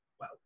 wow